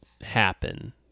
happen